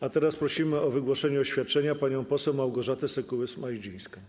A teraz prosimy o wygłoszenie oświadczenia panią poseł Małgorzatę Sekułę-Szmajdzińską.